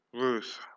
Ruth